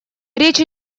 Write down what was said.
речь